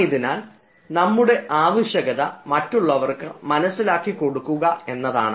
ആയതിനാൽ നമ്മുടെ ആവശ്യകത മറ്റുള്ളവർക്ക് മനസ്സിലാക്കി കൊടുക്കുക എന്നതാണ്